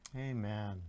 Amen